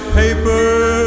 paper